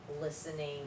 listening